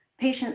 patient